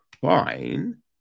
fine